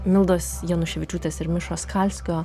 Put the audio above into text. mildos januševičiūtės ir mišos skalskio